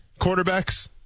quarterbacks